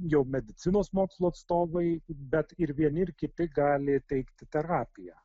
jau medicinos mokslo atstovai bet ir vieni ir kiti gali teikti terapiją